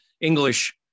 English